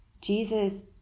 Jesus